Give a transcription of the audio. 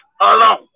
alone